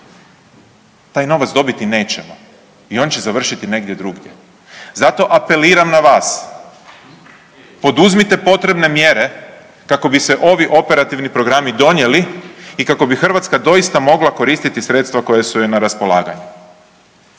taj novac dobiti nećemo i on će završiti negdje drugdje. Zato apeliram na vas, poduzmite potrebne mjere kako bi se ovi operativni programi donijeli i kako bi Hrvatska doista mogla koristiti sredstva koja su joj na raspolaganju.